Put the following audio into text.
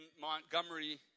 Montgomery